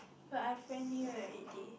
but I friend you already